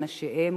על נשיהם,